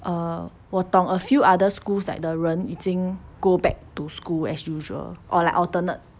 err 我懂 a few other schools like the 人已经 go back to school as usual or like alternate